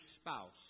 spouse